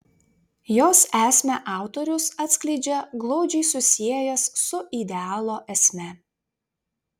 jos esmę autorius atskleidžia glaudžiai susiejęs su idealo esme